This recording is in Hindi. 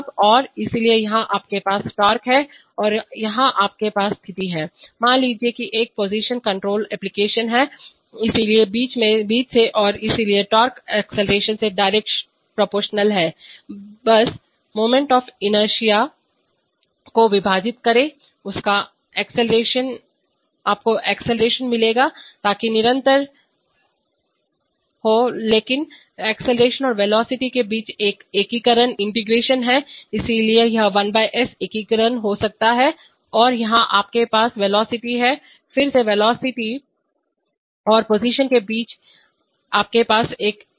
अब और इसलिए यहाँ आपके पास टोक़ है और यहाँ आपके पास स्थिति है मान लीजिए कि एक पोजीशन कण्ट्रोल एप्लिकेशन है इसलिए बीच से और इसलिए टार्क अक्सेलरेशन से डायरेक्ट प्रोपोर्टीनाल है बस moment of moment of moment of inertia को विभाजित करें आपको अक्सेलरेशन मिलेगा ताकि निरंतर हो लेकिन अक्सेलरेशन और वेलोसिटी के बीच एक एकीकरण है इसलिए यह 1 s एकीकरण हो सकता है और यहां आपके पास वेलोसिटी है फिर से वेलोसिटी और पोजीशन के बीच आपके पास एक और एकीकरण है